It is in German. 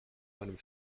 meinem